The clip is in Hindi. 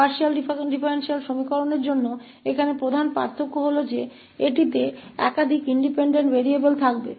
पार्शियल डिफरेंशियल एक्वेशन्स के लिए यहाँ मुख्य अंतर यह है कि इसमें एक से अधिक स्वतंत्र चर होंगे